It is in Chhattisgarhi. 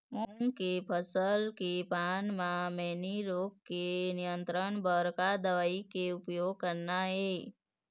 मूंग के फसल के पान म मैनी रोग के नियंत्रण बर का दवा के उपयोग करना ये?